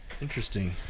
Interesting